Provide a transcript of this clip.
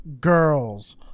girls